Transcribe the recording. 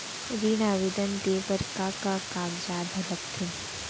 ऋण आवेदन दे बर का का कागजात ह लगथे?